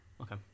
okay